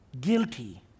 guilty